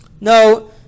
no